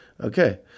okay